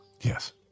Yes